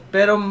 Pero